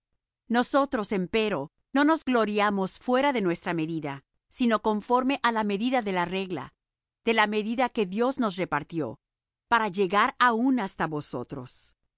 nosotros empero no nos gloriaremos fuera de nuestra medida sino conforme á la medida de la regla de la medida que dios nos repartió para llegar aun hasta vosotros